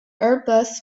airbus